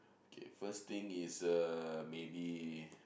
K first thing is uh maybe